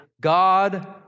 God